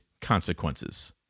consequences